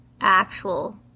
actual